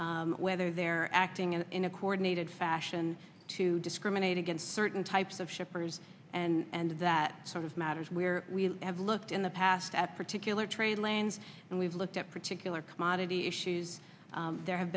shippers whether they're acting and in a coordinated fashion to discriminate against certain types of shippers and that sort of matters where we have looked in the past at particular trade lanes and we've looked at particular commodity issues there have